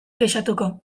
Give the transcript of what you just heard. kexatuko